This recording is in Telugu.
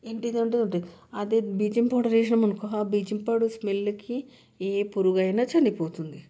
ఇంటిదంతా ఉంటాయి అదే బ్లీచింగ్ పౌడర్ వేసామనుకో ఆ బ్లీచింగ్ పౌడర్ స్మెల్కి ఏ పురుగైన చనిపోతుంది